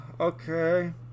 Okay